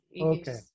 okay